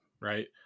right